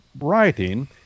writing